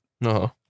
No